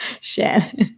Shannon